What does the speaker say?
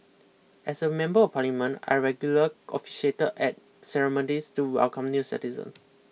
as a member of Parliament I regularly officiated at ceremonies to welcome new citizens